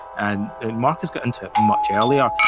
and and marcus got into it much earlier.